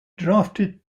drafted